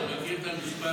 אתה מכיר את המשפט: